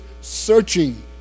searching